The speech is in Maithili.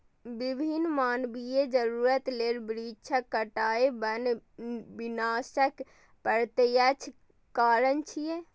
विभिन्न मानवीय जरूरत लेल वृक्षक कटाइ वन विनाशक प्रत्यक्ष कारण छियै